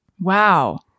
Wow